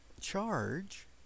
charge